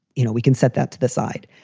you know, we can set that to the side.